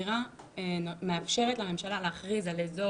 בבקשה.